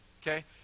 Okay